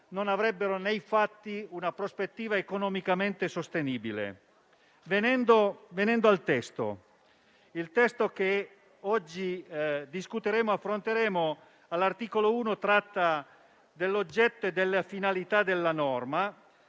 non avrebbero nei fatti una prospettiva economicamente sostenibile. Venendo al testo che oggi discuteremo, l'articolo 1 tratta dell'oggetto e della finalità della norma,